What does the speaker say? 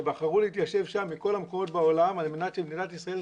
ובחרו להתיישב שם מכל המקומות בעולם על מנת שמדינת ישראל,